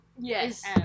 Yes